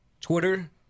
Twitter